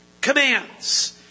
Commands